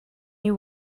you